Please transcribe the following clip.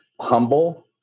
Humble